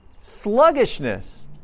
Sluggishness